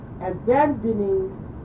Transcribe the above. abandoning